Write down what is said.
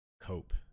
Cope